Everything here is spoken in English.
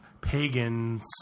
pagans